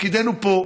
תפקידנו פה,